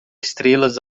estrelas